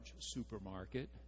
supermarket